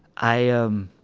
i, um